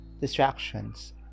distractions